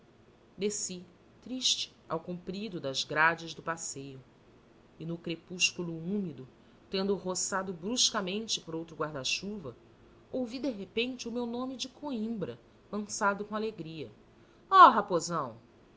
desci triste ao comprido das grades do passeio e no crepúsculo úmido tendo roçado bruscamente por outro guarda-chuva ouvi de repente o meu nome de coimbra lançado com alegria oh raposão